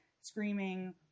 screaming